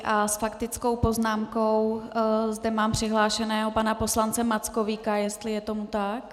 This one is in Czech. S faktickou poznámkou zde mám přihlášeného pana poslance Mackovíka jestli je tomu tak?